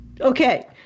Okay